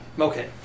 Okay